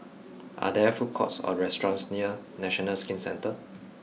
are there food courts or restaurants near National Skin Centre